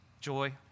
joy